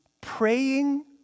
praying